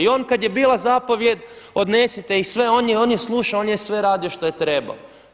I on kad je bila zapovijed odnesite ih sve on je slušao, on je sve radio šta je trebalo.